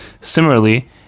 Similarly